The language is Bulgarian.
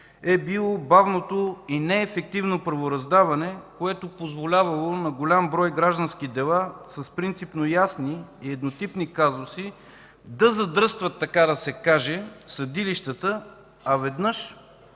е било бавното и неефективно правораздаване, което позволявало на голям брой граждански дела с принципно ясни и еднотипни казуси да задръстват, така да се каже, съдилищата, а веднъж